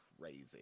crazy